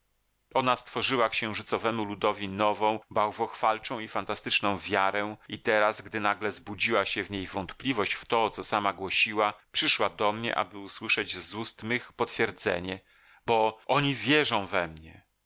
życia ona stworzyła księżycowemu ludowi nową bałwochwalczą i fantastyczną wiarę i teraz gdy nagle zbudziła się w niej wątpliwość w to co sama głosiła przyszła do mnie aby usłyszeć z ust mych potwierdzenie bo oni wierzą we mnie